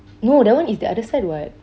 no that one is the other side [what]